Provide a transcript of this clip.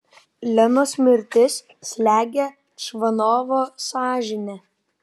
lenos mirtis slegia čvanovo sąžinę